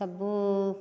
ସବୁ